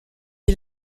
est